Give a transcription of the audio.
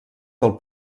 del